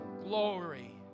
glory